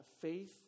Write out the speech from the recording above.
faith